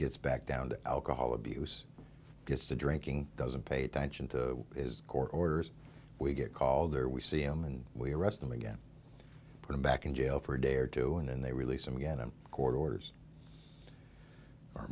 gets back down to alcohol abuse gets to drinking doesn't pay attention to his court orders we get called or we see him and we arrest him again put him back in jail for a day or two and then they release some again and court orders